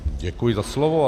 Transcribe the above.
Děkuji za slovo.